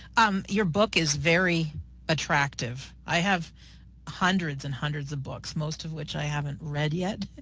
um your book is very attractive. i have hundreds and hundreds of books, most of which i haven't read yet,